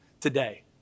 today